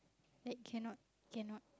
like cannot cannot